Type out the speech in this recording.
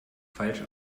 falsch